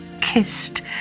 kissed